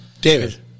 David